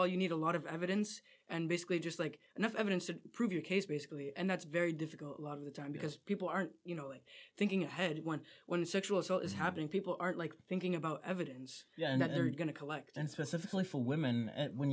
all you need a lot of evidence and basically just like enough evidence to prove your case basically and that's very difficult lot of the time because people aren't you know thinking ahead one when sexual assault is having people aren't like thinking about evidence that they're going to collect and specifically for women